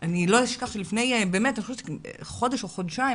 אני לא אשכח שלפני חודש או חודשיים,